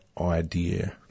idea